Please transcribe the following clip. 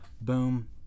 boom